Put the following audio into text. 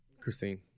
Christine